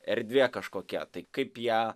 erdvė kažkokia tai kaip ją